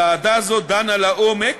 ועדה זו דנה לעומק